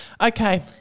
Okay